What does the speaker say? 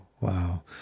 Wow